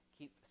keep